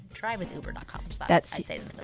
Drivewithuber.com